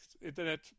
internet